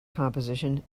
composition